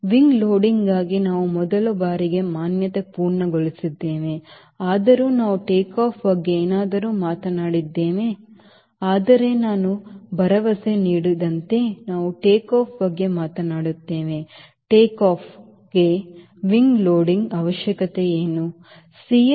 wing ಲೋಡಿಂಗ್ಗಾಗಿ ನಾವು ಮೊದಲ ಬಾರಿಗೆ ಮಾನ್ಯತೆ ಪೂರ್ಣಗೊಳಿಸಿದ್ದೇವೆ ಆದರೂ ನಾವು ಟೇಕ್ಆಫ್ ಬಗ್ಗೆ ಏನಾದರೂ ಮಾತನಾಡಿದ್ದೇವೆ ಆದರೆ ನಾನು ಭರವಸೆ ನೀಡಿದಂತೆ ನಾವು ಟೇಕ್ಆಫ್ ಬಗ್ಗೆ ಮಾತನಾಡುತ್ತೇವೆ ಟೇಕ್ಆಫ್ಗೆ wing loadingಅವಶ್ಯಕತೆ ಏನು